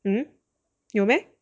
hmm 有 meh